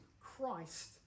Christ